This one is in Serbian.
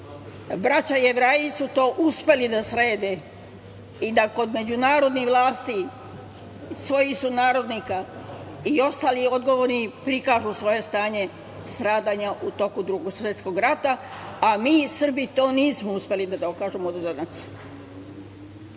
Srba. Braća Jevreji su to uspeli da srede i da kod međunarodnih vlasti, svojih sunarodnika i ostalih odgovornih prikažu svoje stanje stradanja u toku Drugog svetskog rata, a mi Srbi to nismo uspeli da dokažemo do